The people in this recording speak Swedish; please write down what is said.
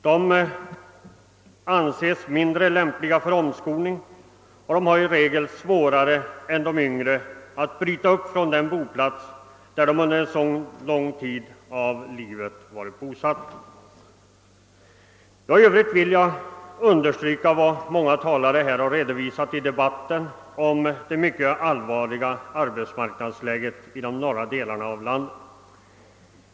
De anses mindre lämpliga för omskolning och har i regel svårare än de yngre för att bryta upp från den boplats som de haft under en lång tid av livet. I övrigt vill jag, herr talman, understryka vad många talare tidigare i debatten sagt om det mycket allvarliga arbetsmarknadsläget i norra delarna av landet.